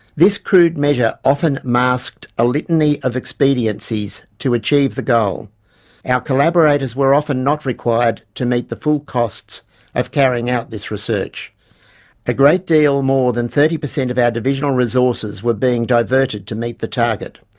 this crude measure often masked a litany of expediencies to achieve the goal our collaborators were often not required to meet the full costs of carrying out this research a great deal more than thirty percent of our divisional resources were being diverted to meet the target.